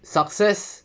success